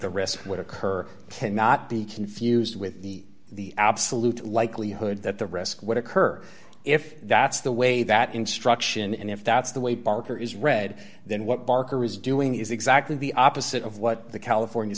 the risk would occur cannot be confused with the absolute likelihood that the risk would occur if that's the way that instruction and if that's the way parker is read then what barker is doing is exactly the opposite of what the california